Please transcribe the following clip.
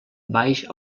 baix